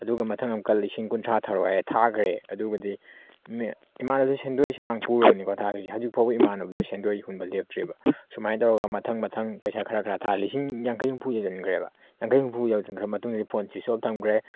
ꯑꯗꯨꯒ ꯃꯊꯪ ꯑꯃꯨꯛꯀ ꯂꯤꯁꯤꯡ ꯀꯨꯟꯊ꯭ꯔꯥ ꯊꯥꯔꯛꯑꯣ ꯍꯥꯏꯔꯦ ꯊꯥꯈꯔꯦ ꯑꯗꯨꯒꯗꯤ ꯏꯃꯥꯅꯕꯗꯨꯁꯨ ꯁꯦꯟꯗꯣꯏ ꯁꯦꯔꯥꯡ ꯄꯨꯔꯒꯅꯤꯀꯣ ꯊꯥꯈ꯭ꯔꯤꯁꯦ ꯍꯧꯖꯤꯛ ꯐꯥꯎꯕ ꯏꯃꯥꯅꯕꯗꯣ ꯁꯦꯟꯗꯣꯏ ꯍꯨꯟꯕ ꯂꯦꯞꯇ꯭ꯔꯤꯕ ꯁꯨꯃꯥꯏꯅ ꯇꯧꯔꯒ ꯃꯊꯪ ꯃꯊꯪ ꯄꯩꯁꯥ ꯈꯔ ꯈꯔ ꯊꯥ ꯂꯤꯁꯤꯡ ꯌꯥꯡꯈꯩ ꯍꯨꯝꯐꯨ ꯍꯦꯟꯖꯤꯟꯈ꯭ꯔꯦꯕ ꯌꯥꯡꯈꯩ ꯍꯨꯝꯐꯨ ꯌꯧꯁꯤꯟꯈ꯭ꯔꯥ ꯃꯇꯨꯡꯗꯗꯤ ꯐꯣꯟ ꯁ꯭ꯋꯤꯁ ꯑꯣꯐ ꯊꯝꯈ꯭ꯔꯦ